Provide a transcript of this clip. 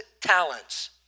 talents